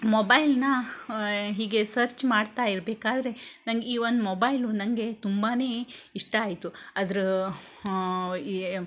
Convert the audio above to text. ಮೊಬೈಲ್ನ ಹೀಗೇ ಸರ್ಚ್ ಮಾಡ್ತಾ ಇರಬೇಕಾದ್ರೆ ನಂಗೆ ಈ ಒಂದು ಮೊಬೈಲು ನನಗೆ ತುಂಬಾ ಇಷ್ಟ ಆಯಿತು ಅದ್ರ ಈ